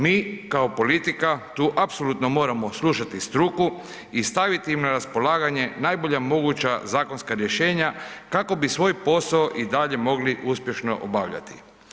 Mi kao politika tu apsolutno moramo slušati struku i staviti im na raspolaganje najbolja moguća zakonska rješenja kako bi svoj posao i dalje mogli uspješno obavljati.